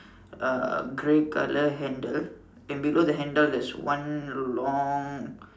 uh grey colour handle and below the handle there is one long